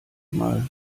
mal